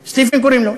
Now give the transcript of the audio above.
סטיבן, סטיבן קוראים לו?